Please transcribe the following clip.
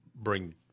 Bring